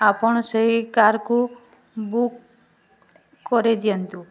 ଆପଣ ସେଇ କାର୍କୁ ବୁକ୍ କରାଇଦିଅନ୍ତୁ